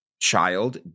child